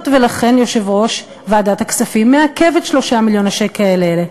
ולכן יושב-ראש ועדת הכספים מעכב את 3 מיליון השקלים האלה,